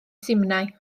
simnai